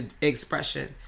expression